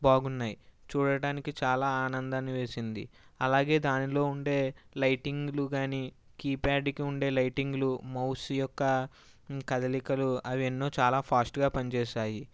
బాగున్నాయి చూడటానికి చాలా ఆనందాన్ని వేసింది అలాగే దానిలో ఉండే లైటింగులు గానీ కీప్యాడ్కి ఉండే లైటింగ్లు మౌస్ యొక్క కదలికలు అవెన్నో చాలా ఫాస్ట్గా పని చేశాయి